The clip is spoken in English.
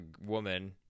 woman